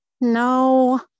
no